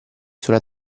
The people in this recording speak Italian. sulla